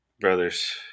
brothers